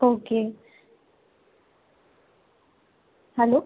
okay hello